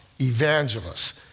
evangelists